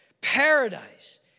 paradise